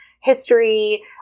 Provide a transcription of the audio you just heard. history